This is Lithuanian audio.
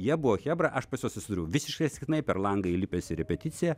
jie buvo chebra aš pas juos atsidūriau visiškai atsitiktinai per langą įlipęs į repeticiją